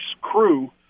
crew